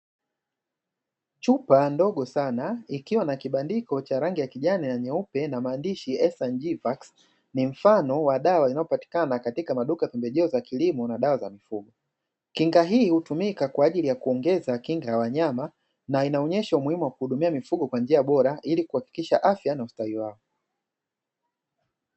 Chupa ndogo sana ikiwa na kibandiko cha rangi ya kijani na nyeupe na maandishi ¨ S and G vax¨ ni mfano wa dawa inayopatikana katika maduka ya pembejeo na dawa za mifugo, kinga hii hutumika kwa ajili ya kuongeza kinga ya wanyama na inaonyesha umuhimu wa kuhudumia mifugo kwa njia bora ili kuhakikisha afya na ustawi wao.